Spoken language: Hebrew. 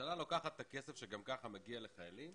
הממשלה לוקחת את הכסף שגם כך מגיע לחיילים